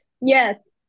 Yes